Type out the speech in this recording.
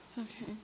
Okay